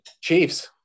Chiefs